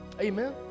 Amen